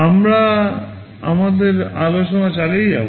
আমরা আমাদের আলোচনা চালিয়ে যাব